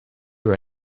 were